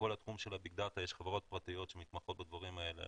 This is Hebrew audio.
בכל התחום של הביג דאטה יש חברות פרטיות שמתמחות בדברים האלה